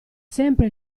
sempre